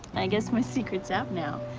i guess my secret's out now.